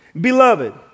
Beloved